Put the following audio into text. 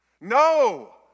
No